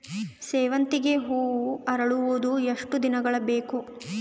ಸೇವಂತಿಗೆ ಹೂವು ಅರಳುವುದು ಎಷ್ಟು ದಿನಗಳು ಬೇಕು?